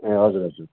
ए हजुर हजुर